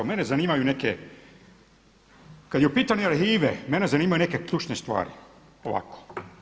Mene zanimaju neke, kada je u pitanju arhive mene zanimaju neke ključne stvari, ovako.